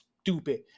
stupid